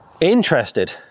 interested